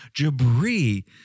Jabri